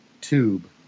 tube